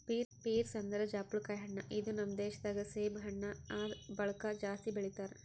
pears ಅಂದುರ್ ಜಾಪುಳಕಾಯಿ ಹಣ್ಣ ಇದು ನಮ್ ದೇಶ ದಾಗ್ ಸೇಬು ಹಣ್ಣ ಆದ್ ಬಳಕ್ ಜಾಸ್ತಿ ಬೆಳಿತಾರ್